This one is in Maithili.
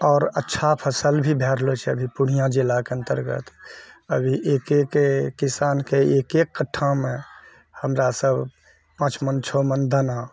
आओर अच्छा फसल भी भऽ रहलऽ छै अभी पूर्णिया जिलाके अन्तर्गत अभी एक एक किसानके एक एक कट्ठामे हमरासब पाँच मन छओ मन दाना